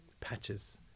patches